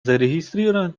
зарегистрирован